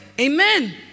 Amen